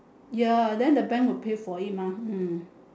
ya then the bank will pay for it mah hmm